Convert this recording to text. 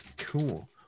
cool